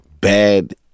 bad